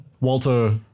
Walter